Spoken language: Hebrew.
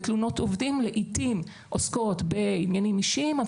תלונות עובדים לעיתים עוסקות בעניינים אישיים,